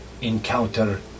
encounter